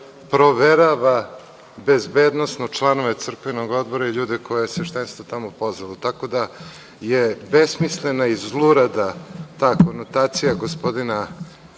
proverava bezbednosno članove crkvenog odbora i ljude koje je sveštenstvo tamo pozvalo. Besmislena je i zlurada ta konotacija gospodina